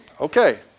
okay